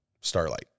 Starlight